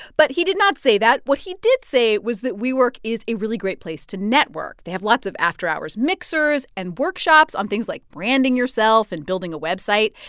but he did not say that. what he did say was that wework is a really great place to network. they have lots of after-hours mixers and workshops on things like branding yourself and building a website.